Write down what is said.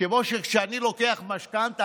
כמו שכשאני לוקח משכנתה,